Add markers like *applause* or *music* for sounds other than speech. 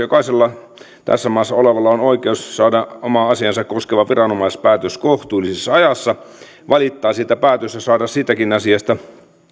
*unintelligible* jokaisella tässä maassa olevalla on oikeus saada omaa asiaansa koskeva viranomaispäätös kohtuullisessa ajassa valittaa siitä päätöksestä ja saada siitäkin asiasta